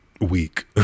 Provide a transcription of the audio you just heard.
week